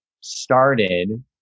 started